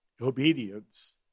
Obedience